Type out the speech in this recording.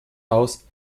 haus